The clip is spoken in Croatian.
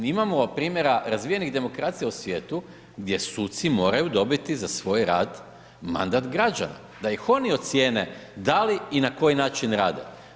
Mi imamo primjera razvijenih demokracija u svijetu, gdje suci moraju dobiti za svoj rad mandat građana, da ih oni ocjene da li i na koji način rade.